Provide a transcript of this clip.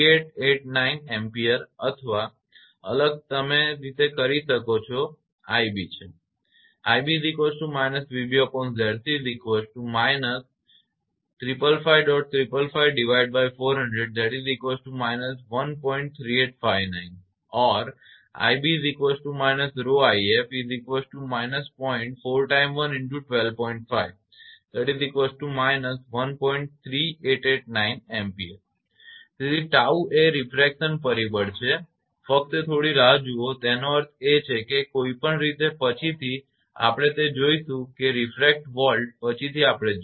3889 ampere અથવા અલગ તમે કરી શકો તે રીતે 𝑖𝑏 છે Or તેથી 𝜏 એ રીફ્રેક્શન પરિબળ છે ફક્ત થોડી રાહ જુઓ તેનો અર્થ છે કે કોઈપણ રીતે પછીથી આપણે તે જોઈશું કે રીફ્રેક્ટ વોલ્ટ પછીથી આપણે જોઇશું